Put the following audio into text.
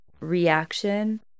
reaction